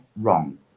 wrong